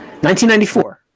1994